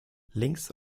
links